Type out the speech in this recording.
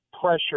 pressure